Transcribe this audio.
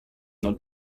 nun